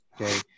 Okay